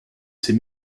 ses